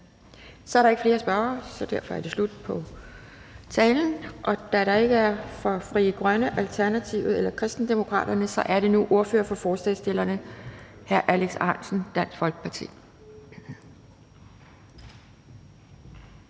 Så er der ikke flere spørgsmål. Og da der ikke er repræsentanter for Frie Grønne, Alternativet eller Kristendemokraterne, er det nu ordfører for forslagsstillerne hr. Alex Ahrendtsen, Dansk Folkeparti.